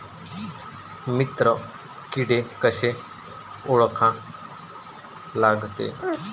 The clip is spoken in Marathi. मित्र किडे कशे ओळखा लागते?